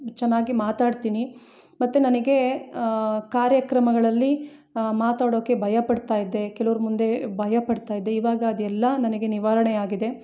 ಚೆನ್ನಾಗಿ ಮಾತಾಡ್ತೀನಿ ಮತ್ತೆ ನನಗೆ ಕಾರ್ಯಕ್ರಮಗಳಲ್ಲಿ ಮಾತಾಡೋಕ್ಕೆ ಭಯಪಡ್ತಾಯಿದ್ದೆ ಕೆಲವ್ರ ಮುಂದೆ ಭಯಪಡ್ತಾಯಿದ್ದೆ ಇವಾಗ ಅದೆಲ್ಲ ನನಗೆ ನಿವಾರಣೆಯಾಗಿದೆ